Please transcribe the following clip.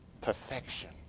perfection